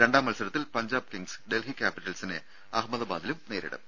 രണ്ടാം മത്സരത്തിൽ പഞ്ചാബ് കിംഗ്സ് ഡൽഹി ക്യാപ്പിറ്റൽസിനെ അഹമ്മദാബാദിലും നേരിടും